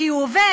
כי הוא עובד,